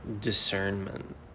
discernment